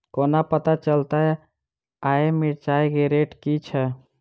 कोना पत्ता चलतै आय मिर्चाय केँ रेट की छै?